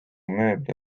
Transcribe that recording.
mööbli